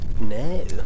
No